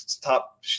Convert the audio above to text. top